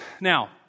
Now